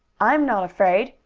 i'm not afraid,